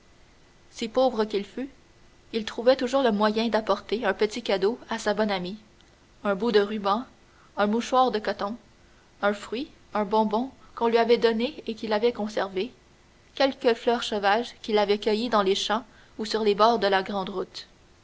si pauvre qu'il fût il trouvait toujours moyen d'apporter un petit cadeau à sa bonne amie un bout de ruban un mouchoir de coton un fruit un bonbon qu'on lui avait donné et qu'il avait conservé quelques fleurs sauvages qu'il avait cueillies dans les champs ou sur les bords de la grande route